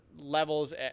levels